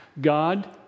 God